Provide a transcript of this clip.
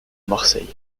marseille